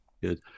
Good